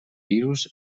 virus